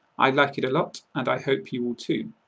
i like it a lot and i hope you will too.